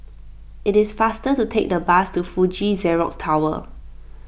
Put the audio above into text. it is faster to take the bus to Fuji Xerox Tower